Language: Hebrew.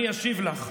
אני אשיב לך.